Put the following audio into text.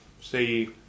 see